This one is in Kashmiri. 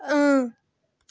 اۭں